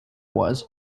was